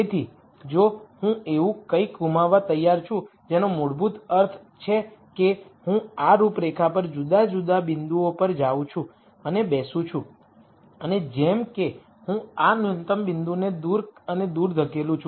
તેથી જો હું એવું કંઈક ગુમાવવા તૈયાર છું જેનો મૂળભૂત અર્થ છે કે હું આ રૂપરેખા પર જુદા જુદા બિંદુઓ પર જાઉં છું અને બેસું છું અને જેમ કે હું આ ન્યૂનતમ બિંદુને દૂર અને દૂર ધકેલું છું